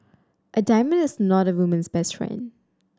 a diamond is not a woman's best friend